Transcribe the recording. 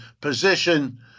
position